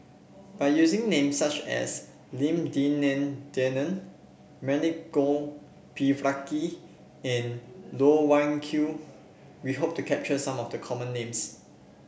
by using names such as Lim Denan Denon Milenko Prvacki and Loh Wai Kiew we hope to capture some of the common names